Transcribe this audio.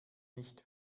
nicht